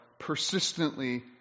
persistently